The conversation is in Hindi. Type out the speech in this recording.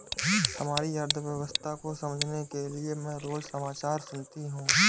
हमारी अर्थव्यवस्था को समझने के लिए मैं रोज समाचार सुनती हूँ